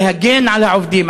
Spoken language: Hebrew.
להגן על העובדים,